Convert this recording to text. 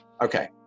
Okay